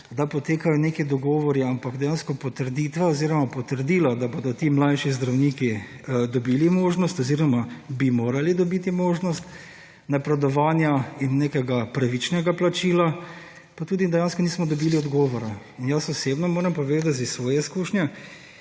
da potekajo neki dogovori, ampak dejansko potrditev oziroma potrdilo, da bodo ti mlajši zdravniki dobili možnost oziroma bi morali dobiti možnost napredovanja in nekega pravičnega plačila, pa tudi dejansko nismo dobili odgovora. In jaz osebno moram povedati iz svoje izkušnje.